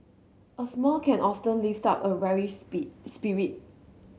a smile can often lift up a weary spirit